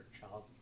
child